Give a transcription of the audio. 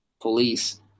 police